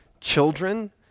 children